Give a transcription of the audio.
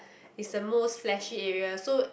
is the most fleshy area so